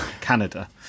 Canada